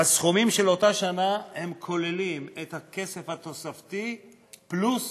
הסכומים של אותה שנה כוללים את הכסף התוספתי פלוס